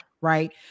Right